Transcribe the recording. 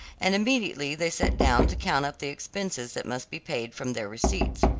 and immediately they sat down to count up the expenses that must be paid from their receipts.